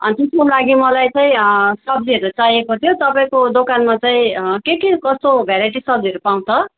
त्यसको लागि मलाई चाहिँ सब्जीहरू चाहिएको थियो तपाईँको दोकानमा चाहिँ के के कस्तो भेराइटी सब्जीहरू पाउँछ